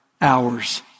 hours